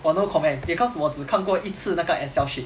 我 no comment because 我只看过一次那个 excel sheet